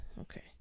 okay